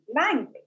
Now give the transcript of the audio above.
language